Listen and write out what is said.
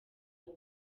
ngo